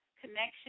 Connection